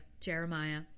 Jeremiah